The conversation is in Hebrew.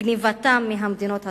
גנבתם מהמדינות השכנות,